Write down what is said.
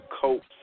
coats